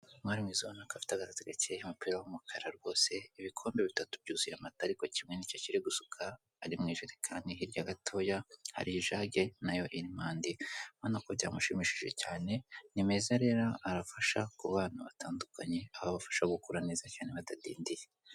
Umwari mwiza urabona ko afite agasatsi gacye n'umupira w'umukara rwose. Ibikombe bitatu byuzuye amata ariko kimwe ni cyo akiri gusuka, ari mu njerekani. Hirya gatoya hari ijage na yo irimo andi; urabona ko byamushimishije cyane. Ni meza rero arafasha ku bana batandukanye, aho abafasha kugukura neza cyane batadindiye.